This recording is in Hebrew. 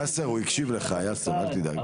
יאסר הוא הקשיב לך, אל תדאג.